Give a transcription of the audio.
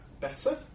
better